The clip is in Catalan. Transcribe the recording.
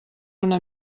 una